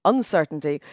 uncertainty